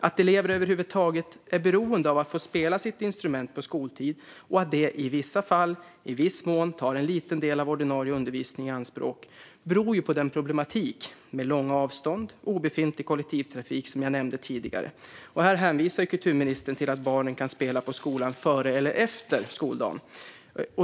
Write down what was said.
Att elever över huvud taget är beroende av att få spela sitt instrument på skoltid och att detta i vissa fall i viss mån tar en liten del av ordinarie undervisningstid i anspråk beror ju på den problematik med långa avstånd och obefintlig kollektivtrafik som jag nämnde tidigare. Här hänvisar kulturministern till att barnen kan spela på skolan före eller efter skoldagen.